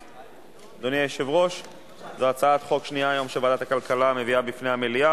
שר האוצר שכנע את הוועדה שיש להותיר את שני התנאים